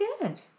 good